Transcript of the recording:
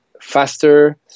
faster